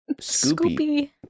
Scoopy